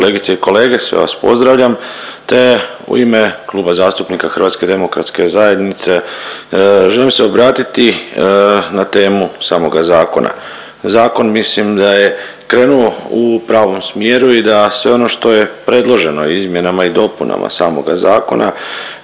kolegice i kolege sve vas pozdravljam te u ime Kluba zastupnika HDZ-a želim se obratiti na temu samoga zakona. Zakon mislim da je krenuo u pravom smjeru i da sve ono što je predloženo izmjenama i dopunama samoga zakona,